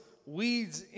weeds